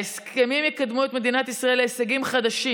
ההסכמים יקדמו את מדינת ישראל להישגים חדשים,